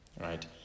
Right